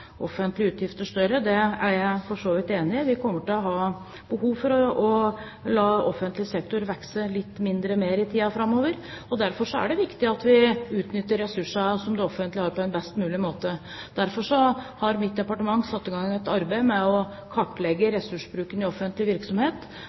offentlige utgifter større. Det er jeg for så vidt enig i. Vi kommer til å ha behov for å la offentlig sektor vokse litt mindre i tiden framover. Derfor er det viktig at vi utnytter ressurser som det offentlige har, på en best mulig måte. Derfor har mitt departement satt i gang et arbeid med å kartlegge